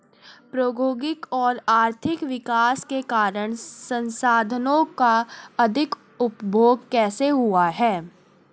प्रौद्योगिक और आर्थिक विकास के कारण संसाधानों का अधिक उपभोग कैसे हुआ है?